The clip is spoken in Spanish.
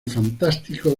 fantástico